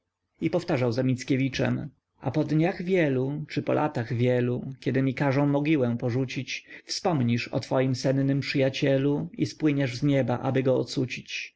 i powtarzał za mickiewiczem a po dniach wielu czy po latach wielu kiedy mi każą mogiłę porzucić wspomnisz o twoim sennym przyjacielu i spłyniesz z nieba aby go